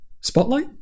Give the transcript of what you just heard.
Spotlight